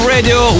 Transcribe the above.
Radio